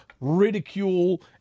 ridicule